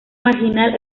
marginal